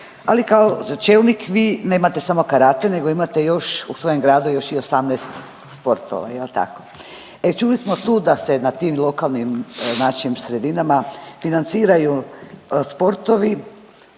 Ali kao čelnik vi nemate samo karate, nego imati još u svojem gradu još i 18 sportova. Jel' tako? Čuli smo tu da se na tim lokalnim našim sredinama financiraju sportovi